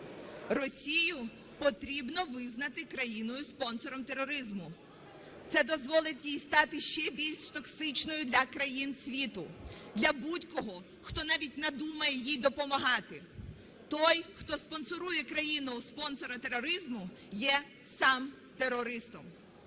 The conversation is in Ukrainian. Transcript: Росію потрібно визнати країною - спонсором тероризму. Це дозволить їй стати ще більш токсичною для країн світу, для будь-кого, хто навіть надумає їй допомагати. Той, хто спонсорує країну - спонсора тероризму, є сам терористом.